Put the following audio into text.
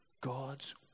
God's